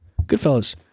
Goodfellas